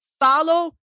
Follow